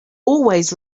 always